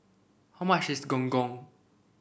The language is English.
how much is Gong Gong